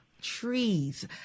trees